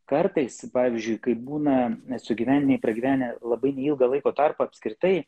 kartais pavyzdžiui kaip būna sugyventiniai pragyvenę labai neilgą laiko tarpą apskritai